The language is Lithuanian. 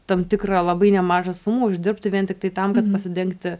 tam tikrą labai nemažą sumą uždirbti vien tiktai tam kad pasidengti